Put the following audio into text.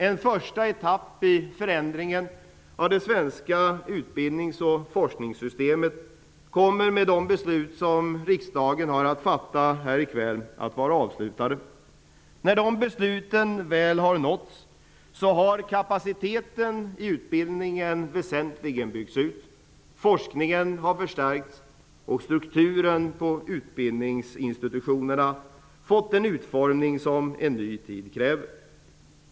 En första etapp i förändringen av det svenska utbildnings och forskningssystemet kommer med de beslut som riksdagen nu har att fatta att vara avslutad. När besluten väl har fattats har kapaciteten i utbildningen byggts ut väsentligt, forskningen har förstärkts och strukturen på utbildningsinstitutionerna har fått den utformning som en ny tid kräver.